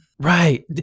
Right